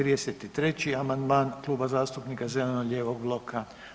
33. amandman Kluba zastupnika zeleno-lijevog bloka.